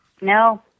No